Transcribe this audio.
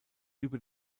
über